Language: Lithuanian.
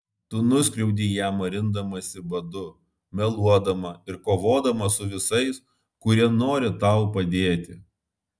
tu nuskriaudei ją marindamasi badu meluodama ir kovodama su visais kurie nori tau padėti